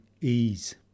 ease